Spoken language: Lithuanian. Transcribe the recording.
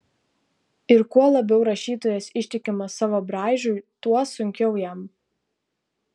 ir kuo labiau rašytojas ištikimas savo braižui tuo sunkiau jam